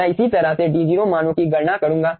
मैं इसी तरह से d0 मानों की गणना करूंगा